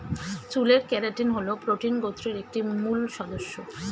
চুলের কেরাটিন হল প্রোটিন গোত্রের একটি মূল সদস্য